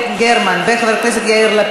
קודם מצביעים, אחר כך תיקון.